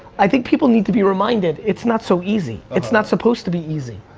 i think people need to be reminded it's not so easy, it's not suppose to be easy,